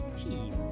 team